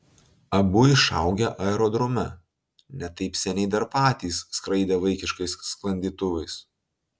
abu išaugę aerodrome ne taip seniai dar patys skraidę vaikiškais sklandytuvais